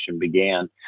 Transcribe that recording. began